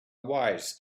wise